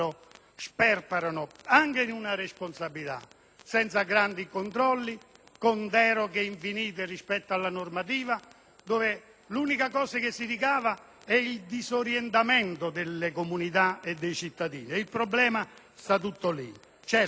sperperano una grande responsabilità, senza grandi controlli, con deroghe infinite rispetto alla normativa e con l'unico ricavo del disorientamento delle comunità e dei cittadini. Il problema sta tutto lì.